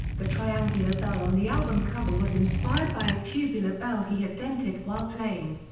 the triangular bell on the album cover was inspired by a tubular bell he had dented while playing.